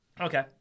Okay